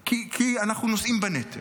כי אנחנו נושאים בנטל.